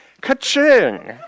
Ka-ching